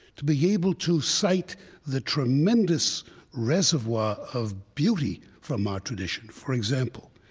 to be able to cite the tremendous reservoir of beauty from our tradition. for example,